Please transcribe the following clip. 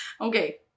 Okay